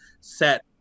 set